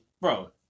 Bro